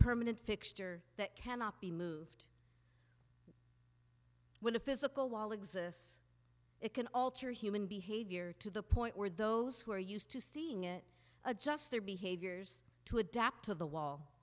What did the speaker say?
permanent fixture that cannot be moved when a physical wall exists it can alter human behavior to the point where those who are used to seeing it adjust their behaviors to adapt to the wall